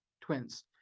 twins